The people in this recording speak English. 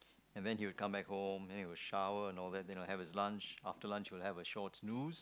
and then he'll come back home and then he'll shower and all that then he'll have his lunch and after lunch he'll have a short noose